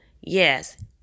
yes